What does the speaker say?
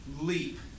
leap